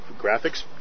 Graphics